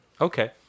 Okay